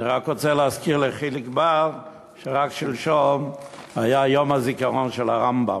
אני רק רוצה להזכיר לחיליק בר שרק שלשום היה יום הזיכרון של הרמב"ם,